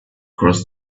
cross